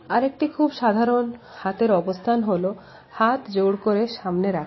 আরেকটি খুব সাধারন হাতের অবস্থান হল হাতজোড় করে সামনে রাখা